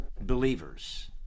believers